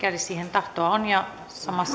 tahtoa on ja samassa